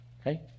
okay